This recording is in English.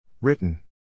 Written